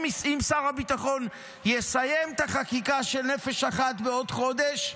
אם שר הביטחון יסיים את החקיקה של נפש אחת בעוד חודש,